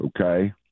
okay